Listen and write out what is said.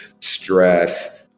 stress